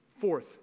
Fourth